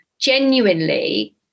genuinely